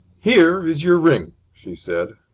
here is your ring! she said,